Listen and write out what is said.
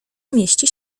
mieści